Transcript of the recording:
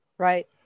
Right